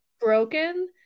broken